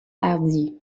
hardi